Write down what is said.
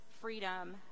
freedom